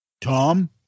Tom